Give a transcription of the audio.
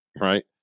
right